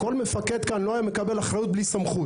כל מפקד כאן לא היה מקבל אחריות בלי סמכות.